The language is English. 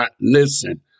Listen